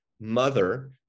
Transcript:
mother